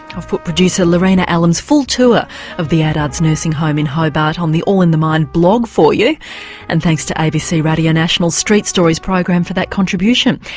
i've put producer lorena allam's full tour of the adards nursing home in hobart on the all in the mind blog for you and thanks to abc radio national's street stories program for that contribution.